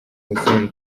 hussein